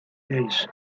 lleis